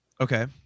Okay